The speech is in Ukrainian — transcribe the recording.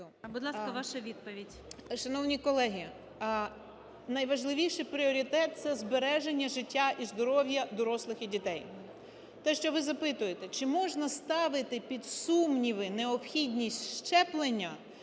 БОГОМОЛЕЦЬ О.В. Дякую. Шановні колеги, найважливіший пріоритет – це збереження життя і здоров'я дорослих і дітей. Те, що ви запитуєте, чи можна ставити під сумніви необхідність щеплення